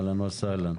אהלן וסהלן.